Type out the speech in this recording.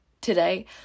today